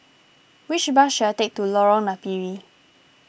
which bus should I take to Lorong Napiri